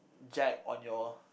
Jack on your